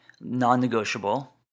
non-negotiable